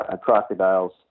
crocodiles